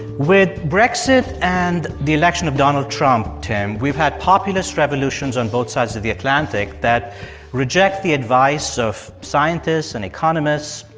with brexit and the election of donald trump, tim, we've had populist revolutions on both sides of the atlantic that reject the advice of scientists and economists,